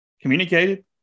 Communicated